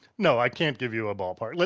no, i can't give you a ball park. yeah